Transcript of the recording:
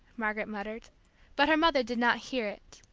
margaret muttered but her mother did not hear it.